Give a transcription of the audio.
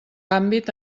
àmbit